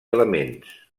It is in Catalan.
elements